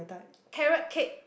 carrot cake